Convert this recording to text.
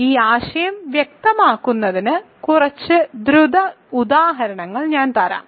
ഈ ആശയം വ്യക്തമാക്കുന്നതിന് കുറച്ച് ദ്രുത ഉദാഹരണങ്ങൾ ഞാൻ തരാം